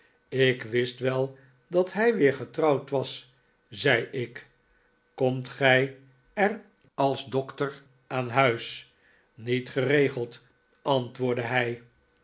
ik wist wel dat hij weer getrouwd was zei ik komt gij er als dokter aan huis niet geregeld antwoordde hij